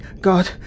God